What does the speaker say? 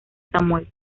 samuel